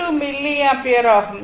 2 milliampere ஆகும்